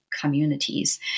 communities